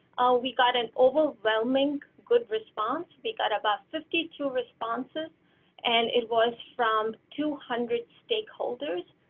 we got an overwhelming good response we got about fifty two responses and it was from two hundred stakeholders,